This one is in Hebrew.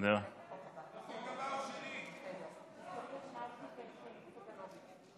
חבר הכנסת עודד פורר הסיר את ההסתייגות מס' 1,